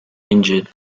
injured